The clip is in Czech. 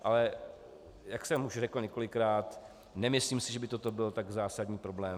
Ale jak jsem už řekl několikrát, nemyslím si, že by toto byl tak zásadní problém.